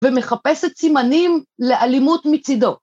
‫ומחפשת סימנים לאלימות מצידו.